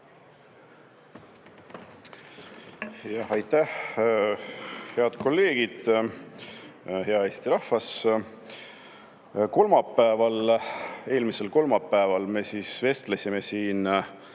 Aitäh! Head kolleegid! Hea Eesti rahvas! Eelmisel kolmapäeval me vestlesime siin